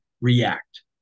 react